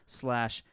slash